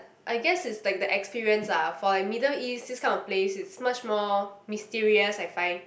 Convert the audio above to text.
I guess it's like the experience lah for like Middle East this kind of place is much more mysterious I find